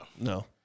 No